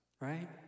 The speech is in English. right